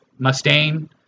Mustaine